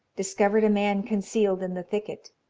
discovered a man concealed in the thicket.